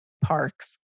parks